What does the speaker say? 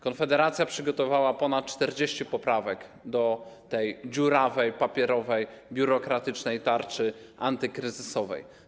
Konfederacja przygotowała ponad 40 poprawek do tej dziurawej, papierowej, biurokratycznej tarczy antykryzysowej.